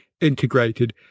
integrated